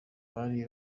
bari